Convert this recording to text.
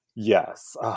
Yes